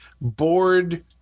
bored